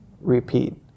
repeat